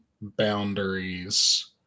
boundaries